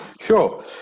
Sure